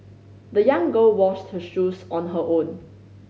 the young girl washed her shoes on her own